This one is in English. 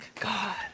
God